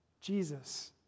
Jesus